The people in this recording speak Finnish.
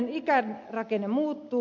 väestön ikärakenne muuttuu